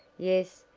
yes,